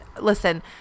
Listen